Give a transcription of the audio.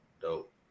Dope